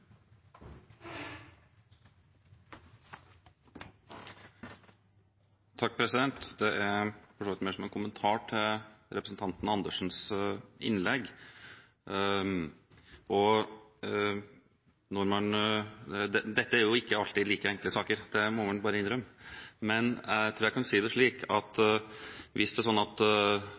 for så vidt mer som en kommentar til representanten Karin Andersens innlegg. Dette er ikke alltid like enkle saker, det må man bare innrømme, men hvis det er slik at det er en nyanseforskjell i språkbruken i merknadene – og det